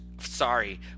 sorry